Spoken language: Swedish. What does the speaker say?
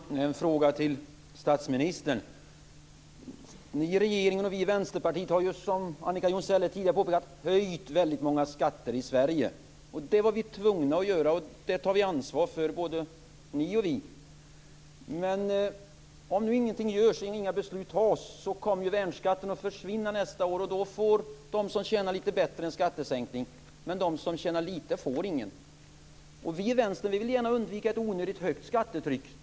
Fru talman! Jag har en fråga till statsministern. Ni i regeringen och vi i Vänsterpartiet har som Annika Jonsell här tidigare påpekat höjt väldigt många skatter i Sverige. Det var vi tvungna att göra, och det tar vi ansvar för både ni och vi. Men om nu ingenting görs och inga beslut fattas kommer värnskatten att försvinna nästa år, och då får de som tjänar litet bättre en skattesänkning, men de som tjänar litet får ingen. Vi i Vänstern vill gärna undvika ett onödigt högt skattetryck.